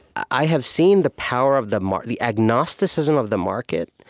i have seen the power of the market. the agnosticism of the market,